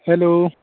hello